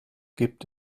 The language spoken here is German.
gibt